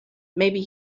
maybe